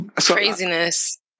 Craziness